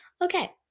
Okay